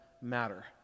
matter